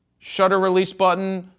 shutter release button,